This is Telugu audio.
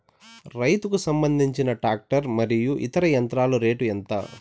రైతుకు సంబంధించిన టాక్టర్ మరియు ఇతర యంత్రాల రేటు ఎంత?